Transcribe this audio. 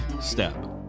step